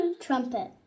Trumpet